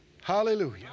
Hallelujah